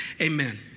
Amen